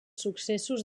successos